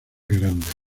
grandes